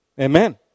Amen